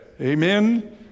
Amen